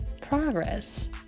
progress